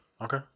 Okay